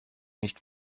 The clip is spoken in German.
nicht